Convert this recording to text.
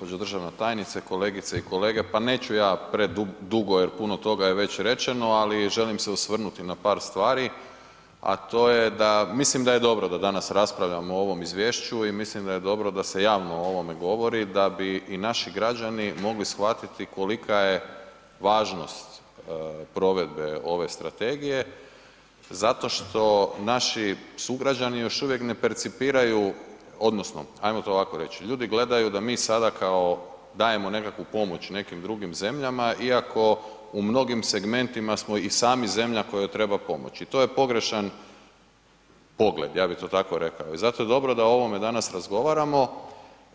Gđo. državna tajnice, kolegice i kolege, pa neću ja predugo jer puno toga je već rečeno, ali želim se osvrnuti na par stvari, a to je da, mislim da je dobro da danas raspravljamo o ovom izvješću i mislim da je dobro da se javno o ovome govori da bi i naši građani mogli shvatiti kolika je važnost provedbe ove strategije zato što naši sugrađani još uvijek ne percipiraju odnosno ajmo to ovako reći, ljudi gledaju da mi sada kao dajemo nekakvu pomoć nekim drugim zemljama iako u mnogim segmentima smo i sami zemlja kojoj treba pomoći, to je pogrešan pogled ja bi to tako rekao i zato je dobro da o ovome danas razgovaramo